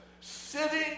Sitting